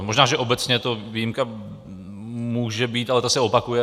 Možná že obecně to výjimka může být, ale ta se opakuje.